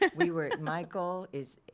like we were, michael is,